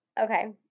Okay